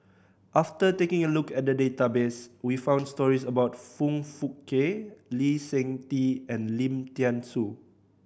after taking a look at the database we found stories about Foong Fook Kay Lee Seng Tee and Lim Thean Soo